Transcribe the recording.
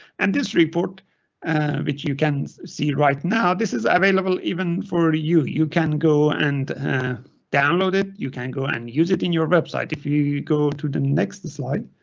and this report which you can see right now. this is available. even for you you can go and download it. you can go and use it in your website. if you you go to the next slide.